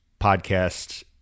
podcast